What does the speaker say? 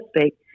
speak